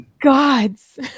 Gods